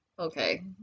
Okay